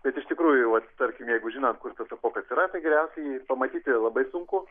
bet iš tikrųjų vat tarkim jeigu žinant kur tas apuokas yra tai geriausiai jį pamatyti labai sunku